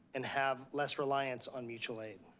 and have less reliance on mutual aid.